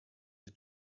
the